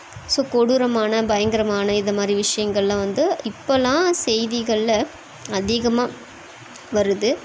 so கொடூரமான பயங்கரமான இந்த மாரி விஷயங்கள்லாம் வந்து இப்போல்லாம் செய்திகளில் அதிகமாக வருது